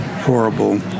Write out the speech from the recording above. horrible